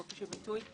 בחופש הביטוי,